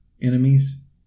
enemies